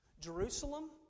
Jerusalem